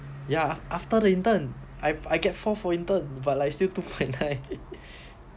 ya after the intern I get four for intern but like still two point nine